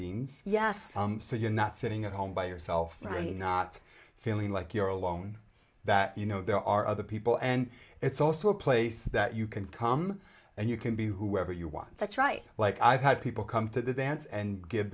beings yes so you're not sitting at home by yourself and not feeling like you're alone that you know there are other people and it's also a place that you can come and you can be whoever you want that's right like i've had people come to the dance and give